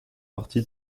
partie